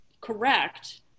correct